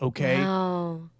okay